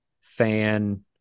fan